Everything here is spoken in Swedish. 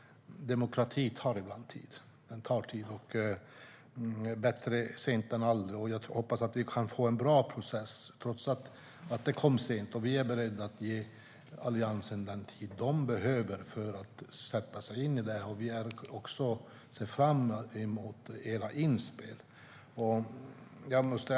Demokrati tar ibland tid, Jonas, och bättre sent än aldrig. Jag hoppas att vi kan få en bra process trots att vi har blivit sena. Vi är beredda att ge Alliansen den tid som den behöver för att sätta sig in i detta, och jag ser fram emot era inspel.